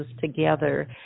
together